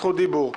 זכות דיבור.